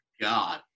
God